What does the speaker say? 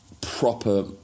proper